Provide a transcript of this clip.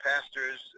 pastors